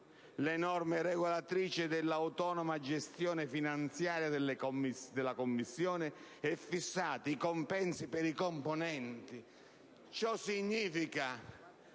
le norme regolatrici dell'autonoma gestione finanziaria della Commissione e fissati i compensi per i componenti».